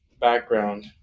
background